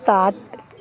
سات